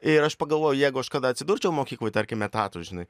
ir aš pagalvojau jeigu aš kada atsidurčiau mokykloj tarkim etatu žinai